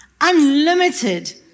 unlimited